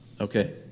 Okay